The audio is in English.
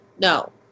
No